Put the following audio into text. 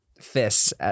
fists